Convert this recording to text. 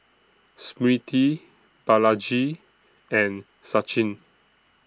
Smriti Balaji and Sachin